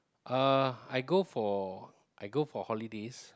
uh I go for I go for holidays